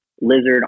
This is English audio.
lizard